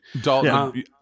Dalton